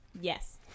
Yes